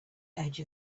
edge